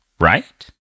right